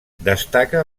destaca